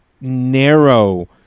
narrow